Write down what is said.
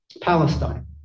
Palestine